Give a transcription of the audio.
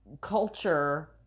culture